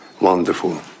wonderful